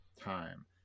time